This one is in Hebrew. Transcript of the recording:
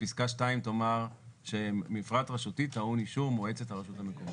ופסקה 2 תאמר שמפרט רשותי טעון אישור מועצת הרשות המקומית.